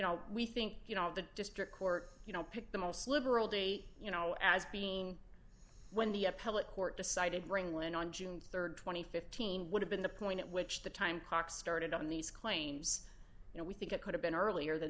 know we think you know the district court you know picked the most liberal day you know as being when the appellate court decided bring one on june rd two thousand and fifteen would have been the point at which the time clock started on these claims you know we think it could have been earlier than